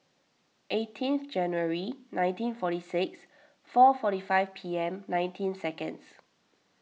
eighteen January nineteen forty six four forty five P M nineteen seconds